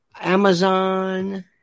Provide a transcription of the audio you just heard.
Amazon